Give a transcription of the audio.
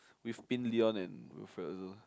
with Leon and Wilfred also